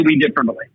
differently